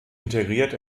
integriert